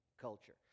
culture